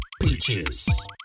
Peaches